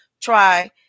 try